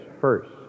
First